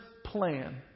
plan